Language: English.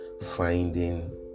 finding